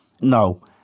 no